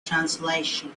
translation